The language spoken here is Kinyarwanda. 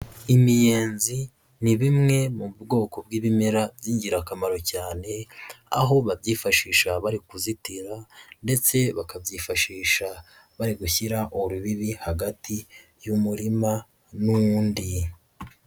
Imiyenzi ni bimwe mu bwoko bw'ibimera by'ingirakamaro cyane, aho babyifashisha bari kuzitira ndetse bakabyifashisha bari gushyira urubibi hagati y'umurima n'undi.